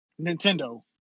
Nintendo